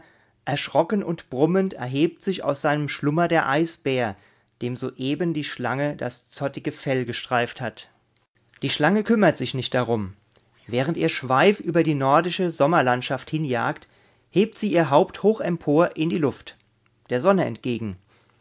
erschrocken und brummend erhebt sich aus seinem schlummer der eisbär dem soeben die schlange das zottige fell gestreift hat die schlange kümmert sich nicht darum während ihr schweif über die nordische sommerlandschaft hinjagt hebt sie ihr haupt hoch empor in die luft der sonne entgegen